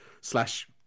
slash